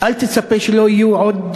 אל תצפה שלא יהיו עוד